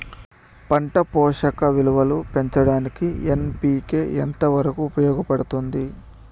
పంట పోషక విలువలు పెంచడానికి ఎన్.పి.కె ఎంత వరకు ఉపయోగపడుతుంది